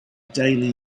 daily